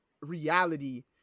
reality